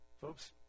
Folks